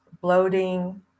bloating